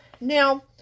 Now